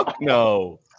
No